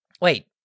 Wait